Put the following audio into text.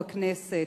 בכנסת,